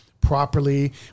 properly